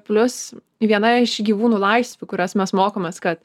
plius viena iš gyvūnų laisvių kurias mes mokomės kad